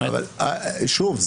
שוב,